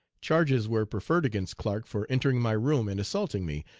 charges were preferred against clark for entering my room and assaulting me,